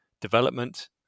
development